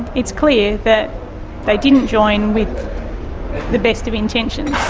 it's clear that they didn't join with the best of intentions.